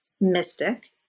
mystic